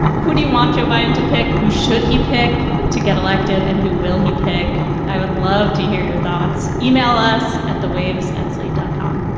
ah who do you want joe biden to pick? who should he pick to get elected and who will he pick? i would love to hear your thoughts. e-mail us at the waves at slate dot com.